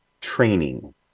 training